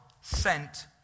sent